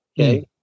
okay